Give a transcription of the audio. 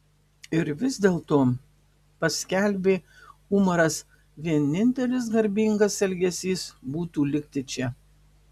ir vis dėlto paskelbė umaras vienintelis garbingas elgesys būtų likti čia